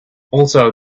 also